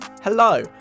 Hello